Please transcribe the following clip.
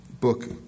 book